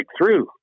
breakthrough